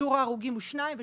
שיעור ההרוגים הוא שניים ושלושה,